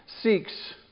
seeks